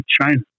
China